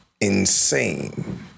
insane